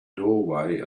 doorway